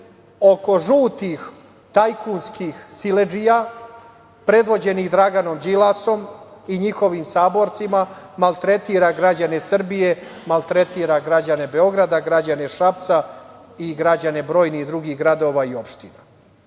oko žutih tajkunskih siledžija predvođenih Draganom Đilasom i njihovim saborcima maltretira građane Srbije, maltretira građane Beograda, građane Šapca i građane brojnih drugih gradova i opština.U